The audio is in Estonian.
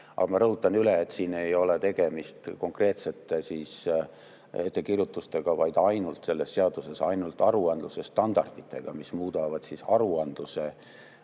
Aga ma rõhutan üle, et siin ei ole tegemist konkreetsete ettekirjutustega, vaid ainult selles seaduses ainult aruandluse standarditega, mis muudavad aruandluse